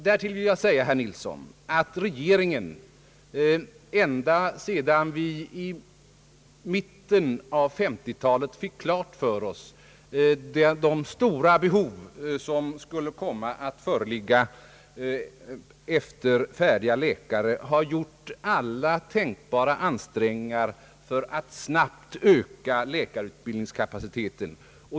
Därtill vill jag säga till herr Nilsson att ända sedan regeringen i mitten av 1950-talet fick klart för sig de stora behov av färdiga läkare som skulle komma att föreligga har regeringen gjort alla tänkbara ansträngningar för att snabbt öka läkarutbildningskapaciteten.